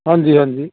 ਹਾਂਜੀ ਹਾਂਜੀ